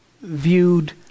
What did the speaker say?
viewed